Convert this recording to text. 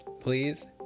Please